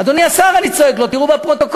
אדוני השר, אני צועק לו, תראו בפרוטוקול,